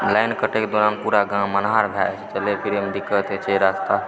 line कटैके दौरान पूरा गाम अन्हार भए जाइत छै तऽ चलए फिरएमे दिक्कत होइत छै रस्ता